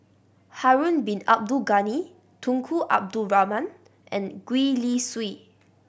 Harun Bin Abdul Ghani Tunku Abdul Rahman and Gwee Li Sui